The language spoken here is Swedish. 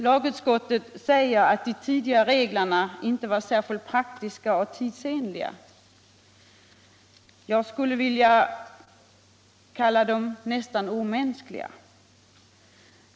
Lagutskottet uttalar att de tidigare reglerna inte var särskilt praktiska och tidsenliga. Jag skulle vilja kalla dem nästan omänskliga.